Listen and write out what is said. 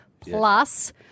plus